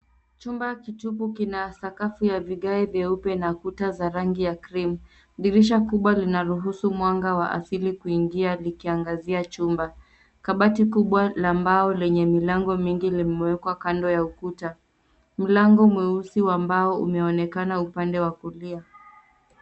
Chumba kitupu kina sakafu ya vigae vyeupe na ukuta za rangi ya (cs) cream(cs).Dirisha kubwa linaruhusu mwanga wa asili kuingia likiangazia chumba. Kabati kubwa la mbao lenye milango mingi limewekwa kando ya ukuta. Mlango mweusi wa mbao umeonekana upande wa kulia.